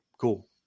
cool